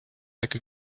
like